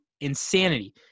insanity